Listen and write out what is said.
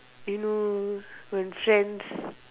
you when friends